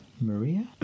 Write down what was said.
Maria